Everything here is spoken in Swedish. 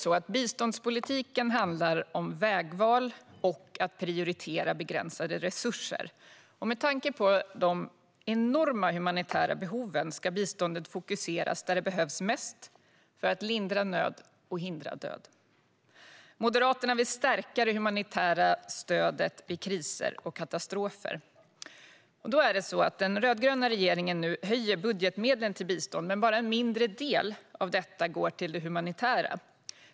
Biståndspolitiken handlar om vägval och om att prioritera begränsade resurser. Med tanke på de enorma humanitära behoven ska biståndet fokuseras där det behövs mest för att lindra nöd och hindra död. Moderaterna vill stärka det humanitära stödet vid kriser och katastrofer. Den rödgröna regeringen höjer nu budgetmedlen till bistånd, men bara en mindre del av detta går till det humanitära.